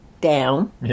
down